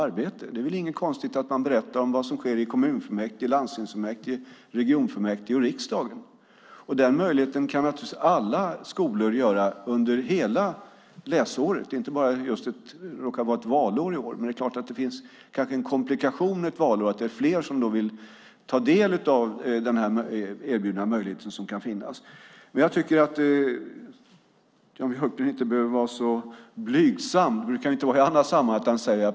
Det är väl inget konstigt i att man berättar om vad som sker i kommunfullmäktige, landstingsfullmäktige, regionfullmäktige och riksdagen? Den möjligheten kan naturligtvis alla skolor använda under hela läsåret, inte bara när det råkar vara valår. Men det är klart att det kan finnas en komplikation ett valår. Det är fler som vill ta del av möjligheten som kan finnas. Jag tycker att Jan Björklund inte behöver vara så blygsam. Det brukar han inte vara i andra sammanhang.